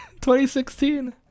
2016